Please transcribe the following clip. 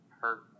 hurt